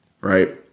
Right